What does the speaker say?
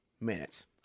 minutes